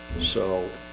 so